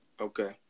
Okay